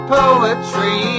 poetry